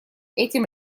этим